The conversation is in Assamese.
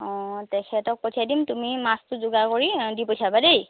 অ তেখেতক পঠিয়াই দিম তুমি মাছটো যোগাৰ কৰি দি পঠিয়াবা দেই